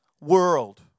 world